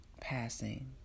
passing